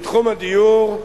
בתחום הדיור,